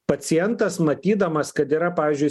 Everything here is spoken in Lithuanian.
pacientas matydamas kad yra pavyzdžiui